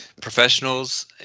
professionals